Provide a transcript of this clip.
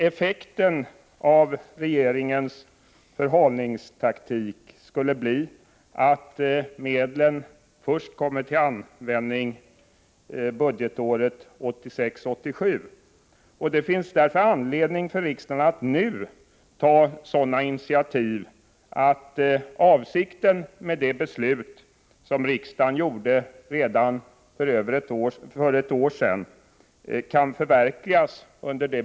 Effekten av regeringens förhalningsteknik skulle bli att medlen kommer till användning först budgetåret 1986/87. Det finns därför anledning för riksdagen att nu ta ett sådant initiativ att avsikten med det beslut som riksdagen fattade redan för ett år sedan kan förverkligas under det.